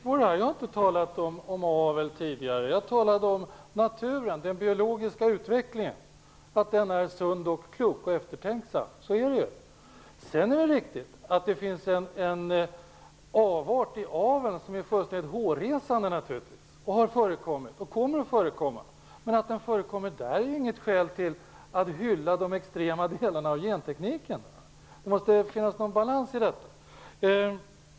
Fru talman! Jag har inte talat om avel tidigare. Jag talade om naturen och sade att den biologiska utvecklingen är sund, klok och eftertänksam, och det är den ju. Det finns naturligtvis en avart i avel som är fullständigt hårresande men som har förekommit och som kommer att förekomma. Men att sådant förekommer där är inget skäl till att hylla de extrema delarna av gentekniken. Det måste finnas någon balans i detta.